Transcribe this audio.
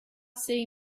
see